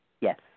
Yes